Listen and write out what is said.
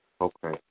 Okay